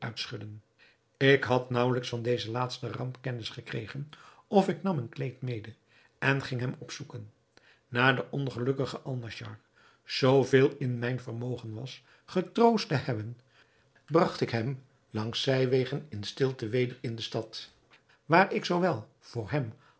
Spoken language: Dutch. ik had naauwelijks van deze laatste ramp kennis gekregen of ik nam een kleed mede en ging hem opzoeken na den ongelukkigen alnaschar zoo veel in mijn vermogen was getroost te hebben bragt ik hem langs zijwegen in stilte weder in de stad waar ik zoowel voor hem